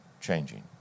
changing